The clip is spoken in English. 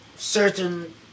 Certain